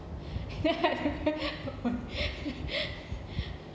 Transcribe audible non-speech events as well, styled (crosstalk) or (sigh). (laughs)